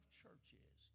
churches